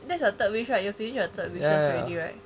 that's the third wish right you finish the third wishes already right